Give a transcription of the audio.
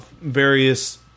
various